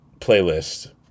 playlist